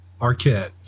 Arquette